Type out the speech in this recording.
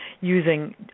using